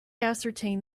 ascertain